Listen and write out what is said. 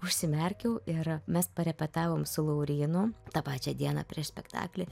užsimerkiau ir mes parepetavom su laurynu tą pačią dieną prieš spektaklį